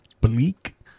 Bleak